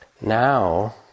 Now